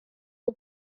who